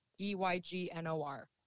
e-y-g-n-o-r